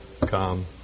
come